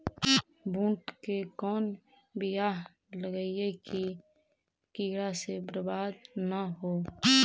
बुंट के कौन बियाह लगइयै कि कीड़ा से बरबाद न हो?